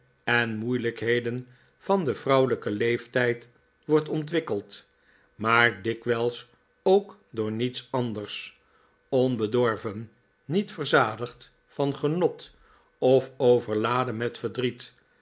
en moeilijkheden van den vrouwelijken leeftijd wordt ontwikkeld maar dikwijls ook door niets anders onbedorven niet verzadigd van genot of overladen met verdriet